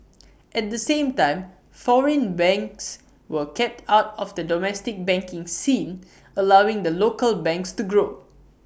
at the same time foreign banks were kept out of the domestic banking scene allowing the local banks to grow